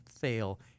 fail